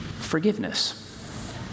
forgiveness